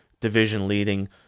division-leading